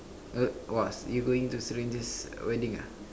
wha~ what you're going to stranger's wedding ah